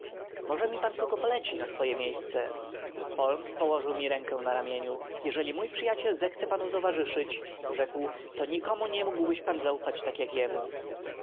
może mi pan kogo poleci na swoje miejsce holmes położył mi rękę na ramieniu jeżeli mój przyjaciel zechce panu towarzyszyć rzekł to nikomu nie mógłbyś pan tak zaufać jak jemu